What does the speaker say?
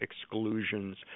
exclusions